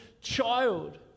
child